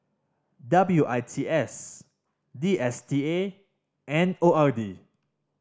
W I T S D S T A and O R D